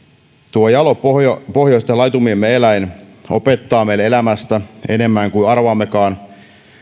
tuo jalo pohjoisten pohjoisten laitumiemme eläin opettaa meille elämästä enemmän kuin arvaammekaan